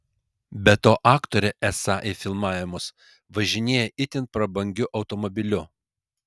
be to aktorė esą į filmavimus važinėja itin prabangiu automobiliu